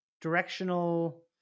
directional